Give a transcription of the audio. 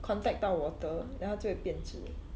contact 到 water then 它就会变质